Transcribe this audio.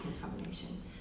contamination